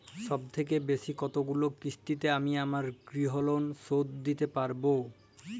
সবথেকে বেশী কতগুলো কিস্তিতে আমি আমার গৃহলোন শোধ দিতে পারব?